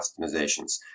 customizations